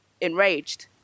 enraged